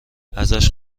ازش